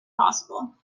possible